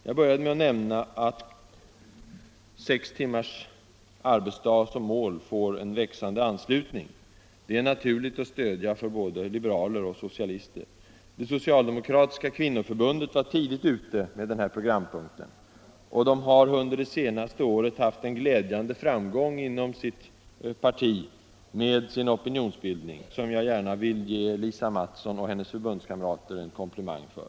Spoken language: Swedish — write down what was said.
Jag började med att nämna att sex timmars arbetsdag som mål får en växande anslutning — det är naturligt att stödja för både liberaler och socialister. Det socialdemokratiska kvinnoförbundet var tidigt ute med denna programpunkt och har under det senaste året haft en glädjande framgång inom sitt parti med sin opinionsbildning, som jag gärna vill ge Lisa Mattson och hennes förbundskamrater en komplimang för.